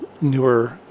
newer